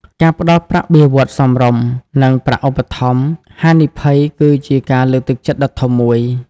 ការផ្តល់ប្រាក់បៀវត្សរ៍សមរម្យ និង ប្រាក់ឧបត្ថម្ភហានិភ័យ គឺជាការលើកទឹកចិត្តដ៏ធំមួយ។